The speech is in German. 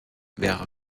wäre